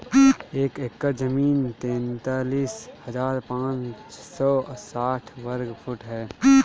एक एकड़ जमीन तैंतालीस हजार पांच सौ साठ वर्ग फुट ह